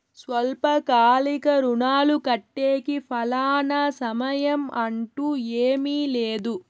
స్వల్పకాలిక రుణాలు కట్టేకి ఫలానా సమయం అంటూ ఏమీ లేదు